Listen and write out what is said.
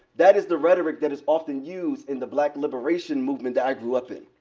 that is the rhetoric that is often used in the black liberation movement that i grew up in.